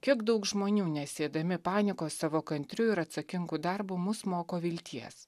kiek daug žmonių nesėdami panikos savo kantriu ir atsakingu darbu mus moko vilties